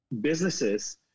businesses